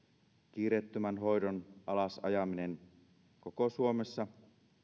kiireettömän hoidon alas ajaminen koko suomessa